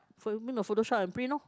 phone mean photoshop and print loh